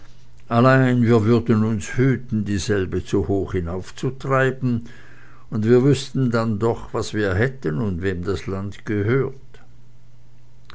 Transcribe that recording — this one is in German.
allein wir würden uns hüten dieselbe zu hoch hinaufzutreiben und wir wüßten dann doch was wir hätten und wem das land gehört